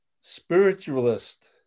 spiritualist